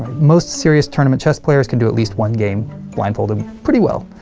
most serious tournament chess players can do at least one game blindfolded pretty well.